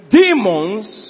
demons